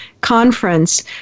conference